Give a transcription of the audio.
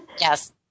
Yes